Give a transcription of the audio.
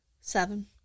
Seven